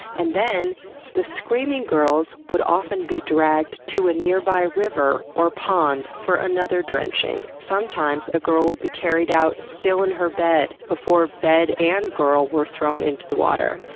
and then the screaming girls would often be dragged to a nearby river or pond for another drenching. sometimes a girl would be carried out, still in her bed, before both bed and girl were thrown into the water.